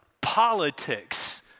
politics